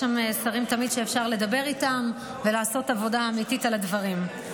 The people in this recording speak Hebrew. יש שם שרים שתמיד אפשר לדבר איתם ולעשות עבודה אמיתית על הדברים.